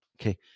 Okay